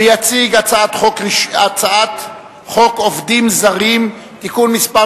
ויציג את הצעת חוק עובדים זרים (תיקון מס'